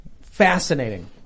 fascinating